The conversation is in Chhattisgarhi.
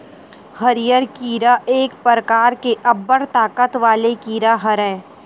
हरियर कीरा एक परकार के अब्बड़ ताकत वाले कीरा हरय